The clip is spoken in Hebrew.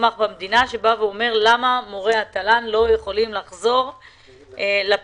מוסמך במדינה שאומר למה מורי התל"ן לא יכולים לחזור לפעילות.